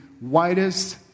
widest